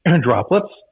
droplets